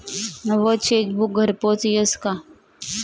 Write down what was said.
नवं चेकबुक घरपोच यस का?